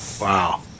Wow